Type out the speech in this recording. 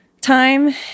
time